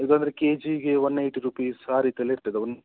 ಇದಂದ್ರೆ K ಜಿಗೆ one eighty rupees ಆ ರೀತಿಯಲ್ಲಿ ಇರ್ತದೆ ಒನ್